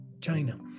China